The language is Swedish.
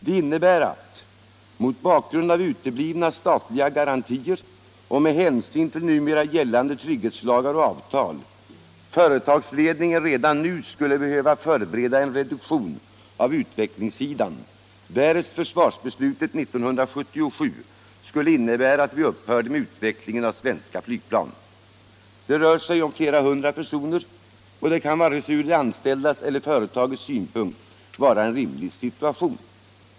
Det innebär att — mot bakgrund av uteblivna statliga garantier och med hänsyn till numera gällande trygghetslagar och avtal —- företagsledningen redan nu skulle behöva förbereda en reduktion av utvecklingssidan, därest försvarsbeslutet 1977 skulle innebära att vi upphörde med utvecklingen av svenska flygplan. Det rör sig om flera hundra personer. Detta är varken ur de anställdas eller företagets synpunkt en rimlig situation.